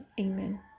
amen